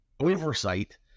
oversight